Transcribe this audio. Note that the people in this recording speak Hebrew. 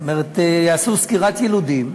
זאת אומרת, יעשו סקירת יילודים,